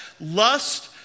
Lust